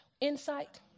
insight